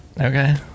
Okay